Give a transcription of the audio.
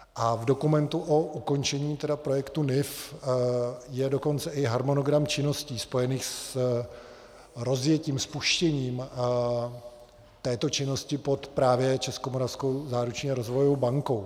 V dokumentu o ukončení tedy projektu NIF je dokonce i harmonogram činností spojených s rozjetím, spuštěním této činnosti pod právě Českomoravskou záruční a rozvojovou bankou.